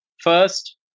First